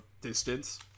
distance